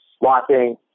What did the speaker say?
watching